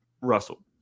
Russell